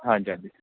ਹਾਂਜੀ ਹਾਂਜੀ